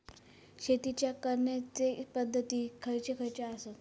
शेतीच्या करण्याचे पध्दती खैचे खैचे आसत?